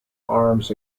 arms